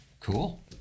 Cool